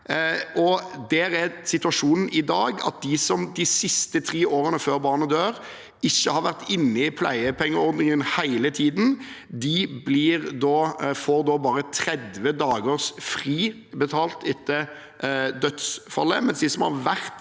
må være. Situasjonen i dag er at de som de siste tre årene før barnet dør, ikke har vært inne i pleiepengeordningen hele tiden, får bare 30 dagers betalt fri etter dødsfallet, mens de som har vært